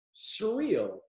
surreal